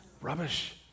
Rubbish